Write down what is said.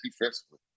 defensively